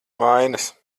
vainas